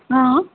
हँ